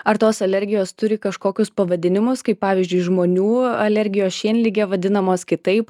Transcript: ar tos alergijos turi kažkokius pavadinimus kaip pavyzdžiui žmonių alergijos šienlige vadinamos kitaip